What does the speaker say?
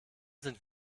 sind